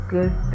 Good